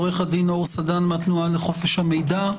עורך הדין אור סדן מתנועה לחופש המידע.